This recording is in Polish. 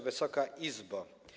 Wysoka Izbo!